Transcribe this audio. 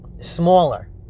smaller